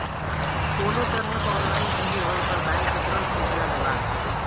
कोनो तरहक ऑनलाइन ठगी होय पर बैंक कें तुरंत सूचना देबाक चाही